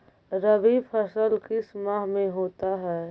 रवि फसल किस माह में होता है?